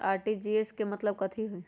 RTGS के मतलब कथी होइ?